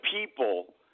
people